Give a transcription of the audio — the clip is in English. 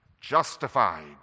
Justified